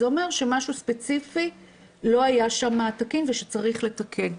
זה אומר שמשהו ספציפי לא היה שם תקין ושצריך לתקן.